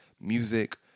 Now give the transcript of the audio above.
music